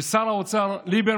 אולי נחזיר את השפיות לבית הזה?